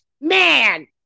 man